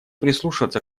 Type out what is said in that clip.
прислушаться